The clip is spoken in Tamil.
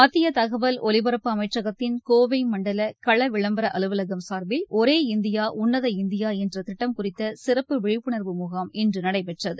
மத்திய தகவல் ஒலிபரப்பு அமைச்சகத்தின் கோவை மண்டல கள விளம்பர அலுவலம் சார்பில் ஒரே இந்தியா உள்ளத இந்தியா என்ற திட்டம் குறித்த சிறப்பு விழிப்புணர்வு முகாம் இன்று நடைபெற்றது